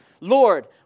Lord